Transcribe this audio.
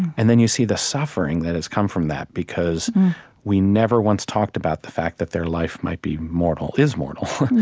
and then you see the suffering that has come from that, because we never once talked about the fact that their life might be mortal is mortal.